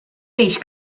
peix